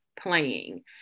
playing